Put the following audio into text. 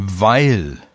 Weil